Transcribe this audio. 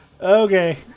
Okay